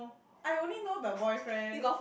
I only know the boyfriend